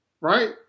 right